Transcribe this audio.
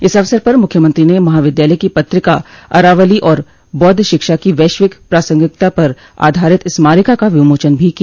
इस अवसर पर मुख्यमंत्री ने महाविद्यालय की पत्रिका अरावली और बौद्ध शिक्षा की वैश्विक प्रासंगिकता पर आधारित स्मारिका का विमोचन भी किया